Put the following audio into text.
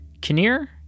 Kinnear